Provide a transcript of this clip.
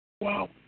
Wow